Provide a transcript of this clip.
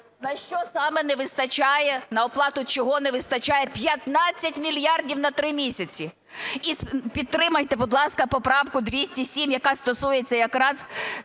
на що саме не вистачає, на оплату чого не вистачає 15 мільярдів на три місяці? І підтримайте, будь ласка, поправку 207, яка стосується якраз